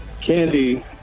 candy